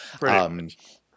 Right